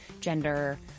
gender